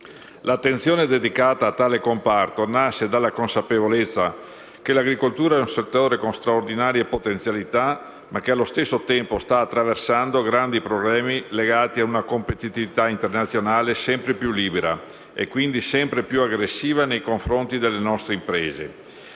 L'attenzione dedicata a tale comparto nasce dalla consapevolezza che l'agricoltura è un settore con straordinarie potenzialità, ma che, allo stesso tempo, sta attraversando grandi problemi legati a una competitività internazionale sempre più libera e quindi sempre più aggressiva nei confronti delle nostre imprese.